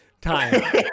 time